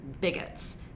bigots